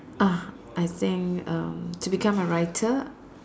ah I think um to become a writer